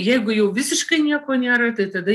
jeigu jau visiškai nieko nėra tai tada